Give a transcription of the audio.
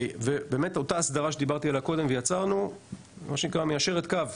ובאמת אותה ההסדרה שדיברתי עליה קודם מיישרת קו: